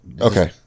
Okay